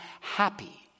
happy